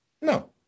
No